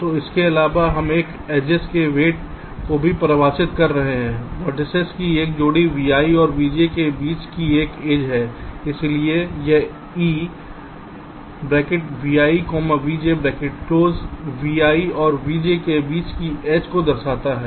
तो इसके अलावा हम एक एड्जेस के वेट को भी परिभाषित कर रहे हैं वेर्तिसेस की एक जोड़ी vi और vj के बीच की एक एज है इसलिए यह e vi vj vi और vj के बीच के एज को दर्शाता है